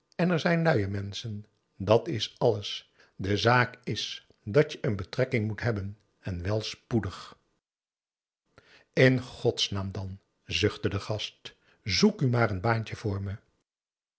en er zijn luie menschen dat is alles de zaak is dat je een betrekking moet hebben en wel spoedig in godsnaam dan zuchtte de gast zoek u maar n baantje